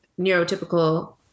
neurotypical